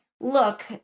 look